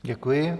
Děkuji.